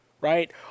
right